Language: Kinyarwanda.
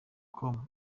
com